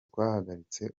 twahagaritse